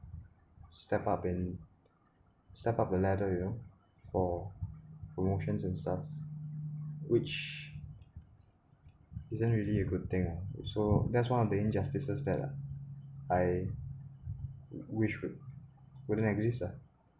step up and step up the ladder you know for promotions and stuff which isn't really a good thing ah so that's one of the injustices that I wish wouldn't exist ah